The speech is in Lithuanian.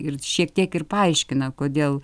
ir šiek tiek ir paaiškina kodėl